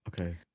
Okay